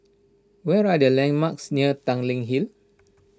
what are the landmarks near Tanglin Hill